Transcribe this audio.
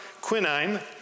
quinine